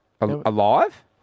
Alive